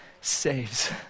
saves